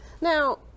now